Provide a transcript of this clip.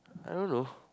I don't know